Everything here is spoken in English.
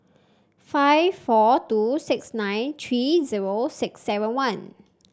five four two six nine three zero six seven one